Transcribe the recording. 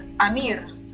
Amir